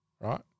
right